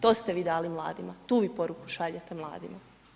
To ste vi dali mladima, tu vi poruku šaljete mladima.